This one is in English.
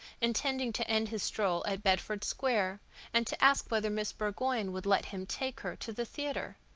intending to end his stroll at bedford square and to ask whether miss burgoyne would let him take her to the theatre.